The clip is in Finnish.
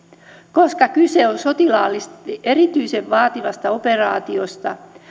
koska kyse on sotilaallisesti erityisen vaativasta operaatiosta